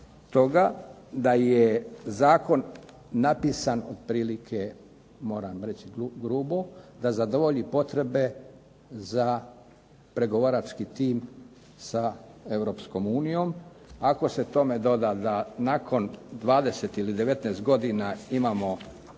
da je zakon napisan otprilike, moram reći grubo, da zadovolji potrebe za pregovarački tim sa Europskom unijom. Ako se tome doda da nakon 20 ili 19 godina imamo zakon